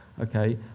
okay